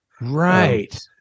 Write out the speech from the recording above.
Right